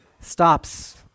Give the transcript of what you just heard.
stops